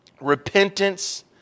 Repentance